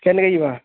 କେନକେ ଯିମା